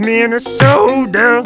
Minnesota